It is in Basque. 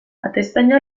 atezaina